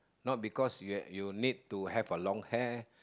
not because you need to have a long hair